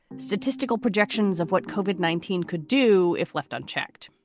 statistical projections of what covered nineteen could do if left unchecked.